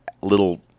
little